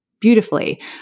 beautifully